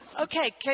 Okay